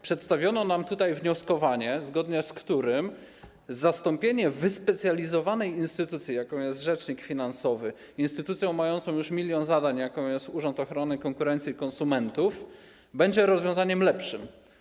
Przedstawiono nam tutaj wnioskowanie, zgodnie z którym zastąpienie wyspecjalizowanej instytucji, jaką jest rzecznik finansowy, instytucją mającą już milion zadań, jaką jest Urząd Ochrony Konkurencji i Konsumentów, będzie rozwiązaniem lepszym.